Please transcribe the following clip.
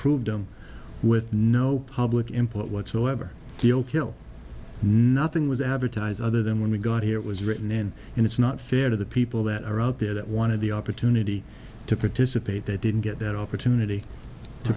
proved them with no public input whatsoever he'll kill nothing was advertised other than when we got here it was written and it's not fair to the people that are out there that wanted the opportunity to participate they didn't get that opportunity to